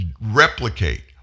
replicate